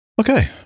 Okay